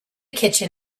kitchen